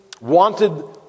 wanted